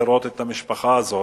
לראות את המשפחה הזאת.